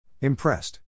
Impressed